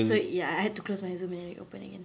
so ya I had to close my zoom and then reopen again